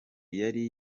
yari